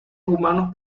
humanos